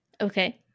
Okay